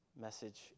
message